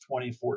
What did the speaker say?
2014